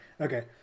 okay